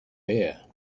bare